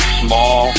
small